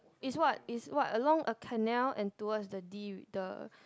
its what its what along a canal and towards the D the